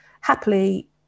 happily